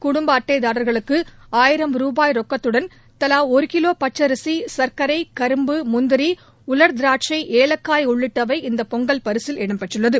குடும்ப அட்டைதார்களுக்கு ஆயிரம் ரூபாய் ரொக்கத்துடன் தலா ஒரு கிலோ பச்சரிசி சர்க்கரை கரும்பு முந்திரி உலர் திராட்சை ஏலக்காய் உள்ளிட்டவை இந்த பொங்கல் பரிசில் இடம்பெற்றுள்ளது